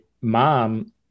mom